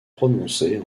prononcer